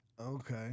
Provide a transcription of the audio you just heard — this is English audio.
Okay